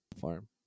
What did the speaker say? farm